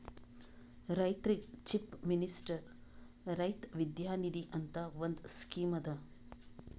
ರೈತರಿಗ್ chief minister Raitha Vidya Nidhi ಅಂತ್ ಒಂದ್ ಸ್ಕೀಮ್ ಅದಾ